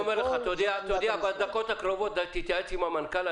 תתייעץ בדקות הקרובות עם המנכ"ל,